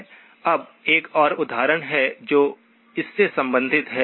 अब एक और उदाहरण है जो इससे संबंधित है